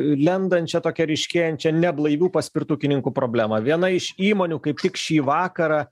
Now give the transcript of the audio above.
lendant čia tokią ryškėjančią neblaivių paspirtukininkų problemą viena iš įmonių kaip tik šį vakarą